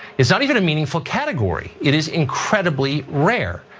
is not even a meaningful category. it is incredibly rare.